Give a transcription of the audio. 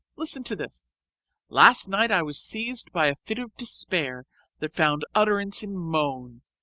listen to this last night i was seized by a fit of despair that found utterance in moans,